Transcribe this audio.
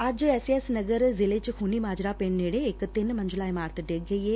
ਅੱਜ S A S Nagar ਜ਼ਿਲ੍ਹੇ ਚ ਖੂਨੀ ਮਾਜਰਾ ਪਿੰਡ ਨੇੜੇ ਇਕ ਤਿੰਨ ਮੰਜ਼ਿਲਾ ਇਮਾਰਤ ਡਿੱਗ ਗਈ ਏ